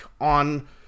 on